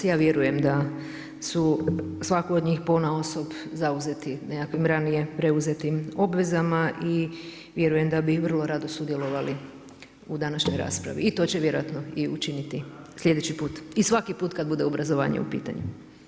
Ja vjerujem da su svatko od njih, po na osob, zauzeti nekakvim ranije preuzetim obvezama i vjerujem da bi vrlo rado sudjelovali u današnjoj raspravi i to će vjerojatno i učiniti sljedeći put i svaki put kad bude obrazovanje u pitanju.